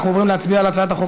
אנחנו עוברים להצביע על הצעת החוק